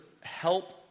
help